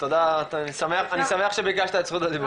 תודה, אני שמח שביקשת את זכות הדיבור.